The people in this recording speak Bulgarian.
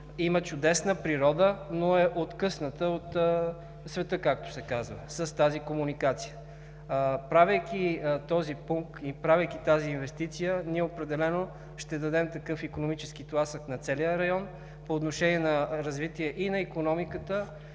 има чудесна природа, но е откъсната от света, както се казва, с тази комуникация. Правейки този пункт и правейки тази инвестиция, ние определено ще дадем икономически тласък на целия район по отношение развитие и на икономиката,